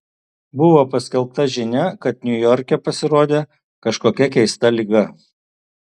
buvo paskelbta žinia kad niujorke pasirodė kažkokia keista liga